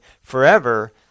forever